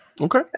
Okay